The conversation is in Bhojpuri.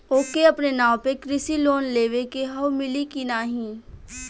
ओके अपने नाव पे कृषि लोन लेवे के हव मिली की ना ही?